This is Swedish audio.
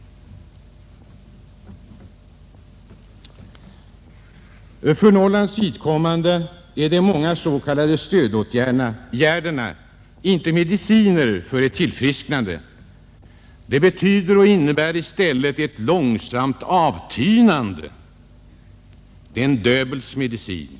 För Norrlands vidkommande är de många s.k. stödåtgärderna inte medicin för ett tillfrisknande. De innebär i stället ett långsamt avtynande. De är en Döbelnsmedicin.